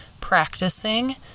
practicing